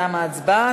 תמה ההצבעה.